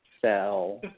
sell